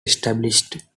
established